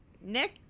Nick